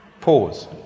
Pause